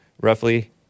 roughly